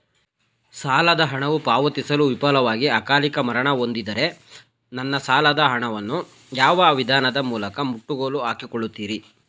ಸಾಲದ ಹಣವು ಪಾವತಿಸಲು ವಿಫಲವಾಗಿ ಅಕಾಲಿಕ ಮರಣ ಹೊಂದಿದ್ದರೆ ನನ್ನ ಸಾಲದ ಹಣವನ್ನು ಯಾವ ವಿಧಾನದ ಮೂಲಕ ಮುಟ್ಟುಗೋಲು ಹಾಕಿಕೊಳ್ಳುತೀರಿ?